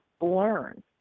learn